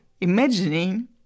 imagining